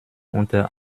unter